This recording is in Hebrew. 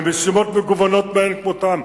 במשימות מגוונות מאין כמותן.